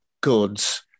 goods